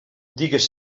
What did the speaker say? digues